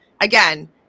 Again